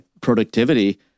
productivity